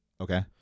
Okay